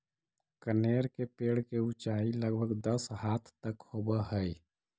कनेर के पेड़ के ऊंचाई लगभग दस हाथ तक होवऽ हई